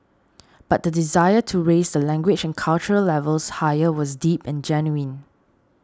but the desire to raise the language and cultural levels higher was deep and genuine